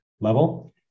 level